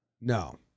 No